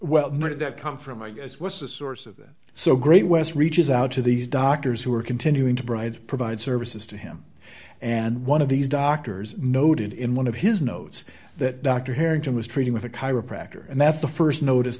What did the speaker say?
noted that come from i guess what's the source of it so so great west reaches out to these doctors who are continuing to brian's provide services to him and one of these doctors noted in one of his notes that dr harrington was treating with a chiropractor and that's the st notice